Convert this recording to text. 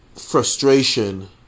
Frustration